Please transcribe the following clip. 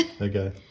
Okay